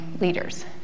leaders